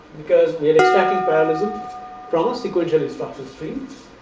because we are extracting parallelism from a sequential instructions stream,